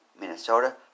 Minnesota